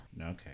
Okay